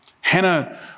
Hannah